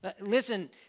Listen